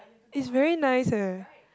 it's very nice eh